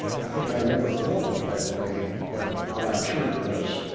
i think i never thought of it that way, but but i'm sure it does